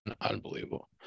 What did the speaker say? unbelievable